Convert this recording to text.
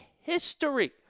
history